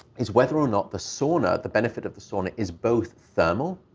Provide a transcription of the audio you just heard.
is whether or not the sauna, the benefit of the sauna, is both thermal,